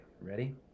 ready